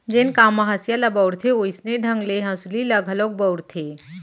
जेन काम म हँसिया ल बउरथे वोइसने ढंग ले हँसुली ल घलोक बउरथें